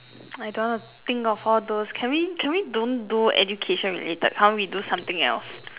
I don't wanna think of all those can we can we don't do education related can't we do something else